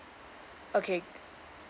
okay